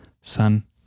Son